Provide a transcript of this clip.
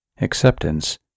acceptance